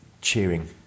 cheering